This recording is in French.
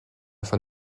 fin